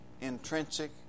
intrinsic